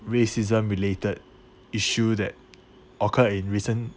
racism related issue that occur in recent